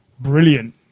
brilliant